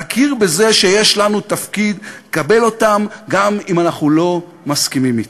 להכיר בזה שיש לנו תפקיד לקבל אותם גם אם אנחנו לא מסכימים אתם.